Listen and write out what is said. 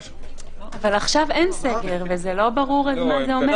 אבל עכשיו אין סגר אז לא ברור מה זה אומר.